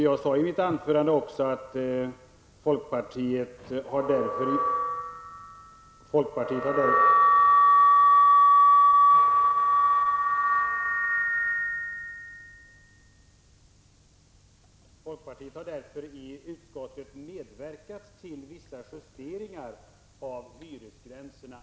Jag sade i mitt anförande också att folkpartiet därför i utskottet har medverkat till vissa justeringar av hyresgränserna.